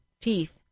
teeth